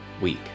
week